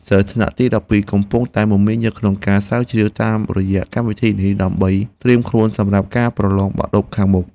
សិស្សថ្នាក់ទីដប់ពីរកំពុងតែមមាញឹកក្នុងការស្រាវជ្រាវតាមរយៈកម្មវិធីនេះដើម្បីត្រៀមខ្លួនសម្រាប់ការប្រឡងបាក់ឌុបខាងមុខ។